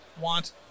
want